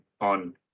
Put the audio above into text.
on